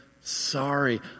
sorry